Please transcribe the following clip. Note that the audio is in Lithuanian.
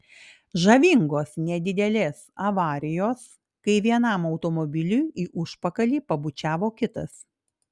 žavingos nedidelės avarijos kai vienam automobiliui į užpakalį pabučiavo kitas